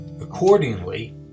Accordingly